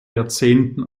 jahrzehnten